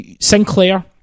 Sinclair